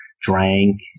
drank